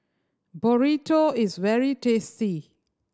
burrito is very tasty